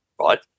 right